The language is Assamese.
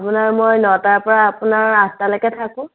আপোনাৰ মই নটাৰ পৰা আপোনাৰ আঠটালৈকে থাকোঁ